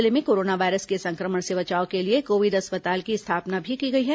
जिले में corona virus के संक्रमण से बचाव के लिए कोविड अस्पताल की स्थापना भी की गई है